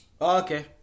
okay